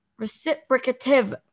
reciprocative